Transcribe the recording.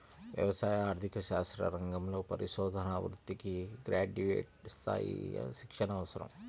వ్యవసాయ ఆర్థిక శాస్త్ర రంగంలో పరిశోధనా వృత్తికి గ్రాడ్యుయేట్ స్థాయి శిక్షణ అవసరం